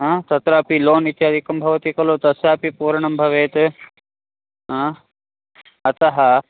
आ तत्रापि लोन् इत्यादिकं भवति खलु तस्यापि पूर्णं भवेत् आ अतः